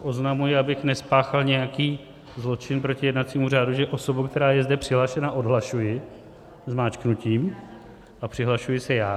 Tak oznamuji, abych nespáchal nějaký zločin proti jednacímu řádu, že osobu, která je zde přihlášena, odhlašuji zmáčknutím a přihlašuji se já.